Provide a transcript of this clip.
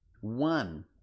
one